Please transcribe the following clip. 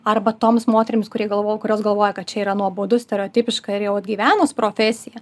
arba toms moterims kurie galvoja kurios galvoja kad čia yra nuobodu stereotipiška ir jau atgyvenus profesija